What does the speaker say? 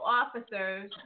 officers